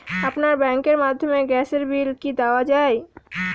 আপনার ব্যাংকের মাধ্যমে গ্যাসের বিল কি দেওয়া য়ায়?